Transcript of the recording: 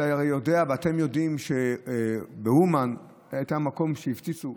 אתה הרי יודע, אתם יודעים שאומן הוא מקום שהפציצו.